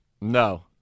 No